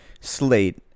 Slate